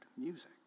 music